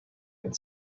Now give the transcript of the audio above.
had